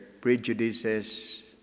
prejudices